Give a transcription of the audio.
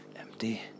empty